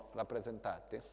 rappresentati